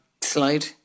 slide